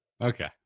okay